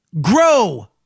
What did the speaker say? grow